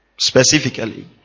specifically